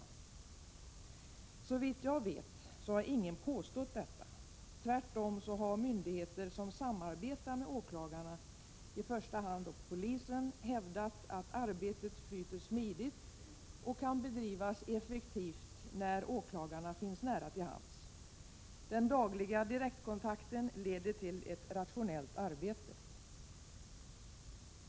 Såvitt jag vet har ingen påstått detta. Tvärtom har myndigheter som samarbetar med åklagarna, i första hand polisen, hävdat att arbetet flyter smidigt och kan bedrivas effektivt när åklagarna finns nära till hands. Den dagliga direktkontakten leder till ett rationellt arbete.